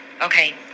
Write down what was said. Okay